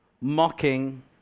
mocking